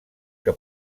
que